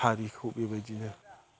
हारिखौ बेबायदिनो